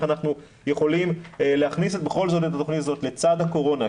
אנחנו יכולים להכניס בכל זאת את התוכנית הזאת לצד הקורונה,